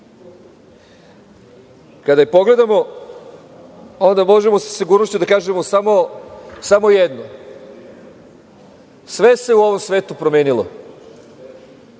Kada je pogledamo, onda možemo sa sigurnošću da kažemo samo jedno – sve se u ovom svetu promenilo,